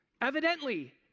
Evidently